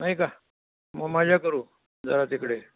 नाही का मग मजा करू जरा तिकडे